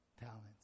talents